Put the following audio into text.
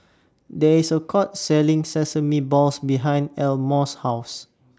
There IS A Food Court Selling Sesame Balls behind Elmore's House